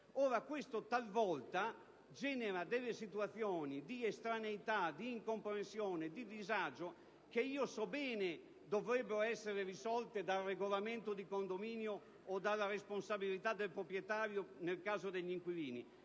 Questo talvolta genera delle situazioni di estraneità, incomprensione e disagio, che so bene dovrebbero essere risolte dal regolamento di condominio o dalla responsabilità del proprietario, nel caso degli inquilini,